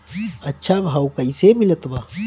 अच्छा भाव कैसे मिलत बा?